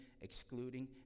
excluding